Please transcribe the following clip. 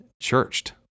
churched